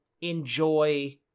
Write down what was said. enjoy